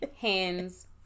hands